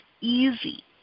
easy